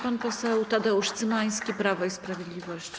Pan poseł Tadeusz Cymański, Prawo i Sprawiedliwość.